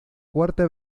cuarta